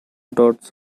dots